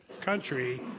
country